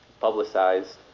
publicized